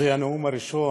זה הנאום הראשון.